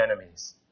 enemies